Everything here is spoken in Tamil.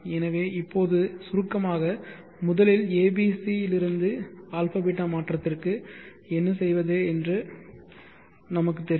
எனவே இப்போது சுருக்கமாக முதலில் abc to αβ மாற்றத்திற்கு என்ன செய்வது என்று நமக்கு தெரியும்